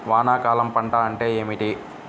వానాకాలం పంట అంటే ఏమిటి?